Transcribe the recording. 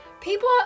People